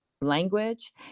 language